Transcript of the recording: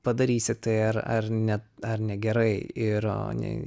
padarysi tai ar ar ne ar negerai ir nei